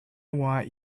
want